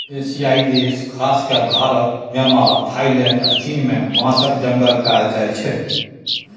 एशियाई देश खास कए भारत, म्यांमार, थाइलैंड आ चीन मे बाँसक जंगल पाएल जाइ छै